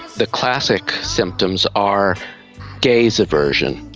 the classic symptoms are gaze aversion.